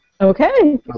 Okay